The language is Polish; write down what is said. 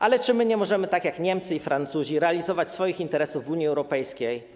Ale czy my nie możemy tak jak Niemcy i Francuzi, realizować swoich interesów w Unii Europejskiej?